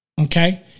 okay